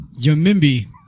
Yamimbi